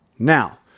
Now